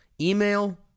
email